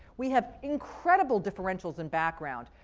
we have incredible differentials in background.